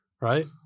Right